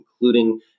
including